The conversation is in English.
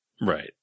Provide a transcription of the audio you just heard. right